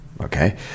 okay